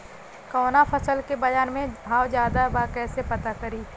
कवना फसल के बाजार में भाव ज्यादा बा कैसे पता करि?